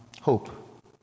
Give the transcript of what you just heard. hope